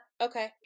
Okay